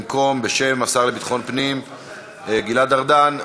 בשם השר לביטחון פנים גלעד ארדן,